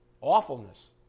awfulness